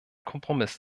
kompromiss